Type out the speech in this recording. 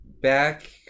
back